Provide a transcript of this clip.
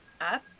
up